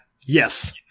Yes